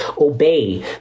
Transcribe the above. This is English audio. Obey